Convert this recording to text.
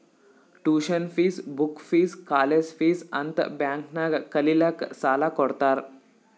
tuition fees, book fees, college fees ಅಂತ್ bank ನಾಗ್ ಕಲಿಲ್ಲಾಕ್ಕ್ ಸಾಲಾ ಕೊಡ್ತಾರ್